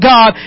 God